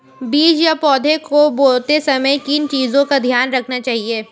बीज या पौधे को बोते समय किन चीज़ों का ध्यान रखना चाहिए?